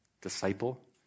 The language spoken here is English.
disciple